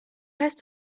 heißt